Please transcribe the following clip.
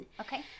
Okay